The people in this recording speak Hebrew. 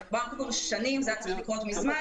זה מדובר כבר שנים וזה היה צריך לקרות מזמן.